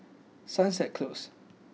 Sunset Close